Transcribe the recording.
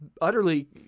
utterly